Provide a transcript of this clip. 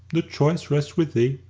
the choice rests with thee.